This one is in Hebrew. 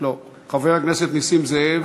חבר הכנסת נסים זאב,